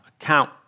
account